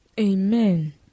Amen